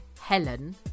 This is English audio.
Helen